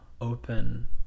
open